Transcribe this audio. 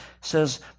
says